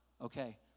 Okay